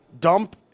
dump